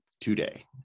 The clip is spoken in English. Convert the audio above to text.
today